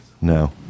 No